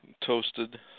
Toasted